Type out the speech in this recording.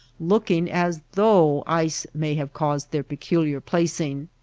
looking as though ice may have caused their peculiar placing.